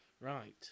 Right